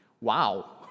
Wow